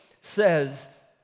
says